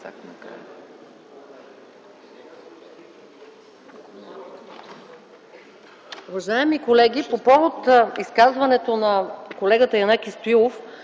Уважаеми колеги, по повод изказването на колегата Янаки Стоилов